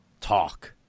talk